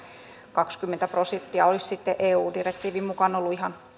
kaksikymmentä prosenttia olisi sitten eu direktiivin mukaan ollut ihan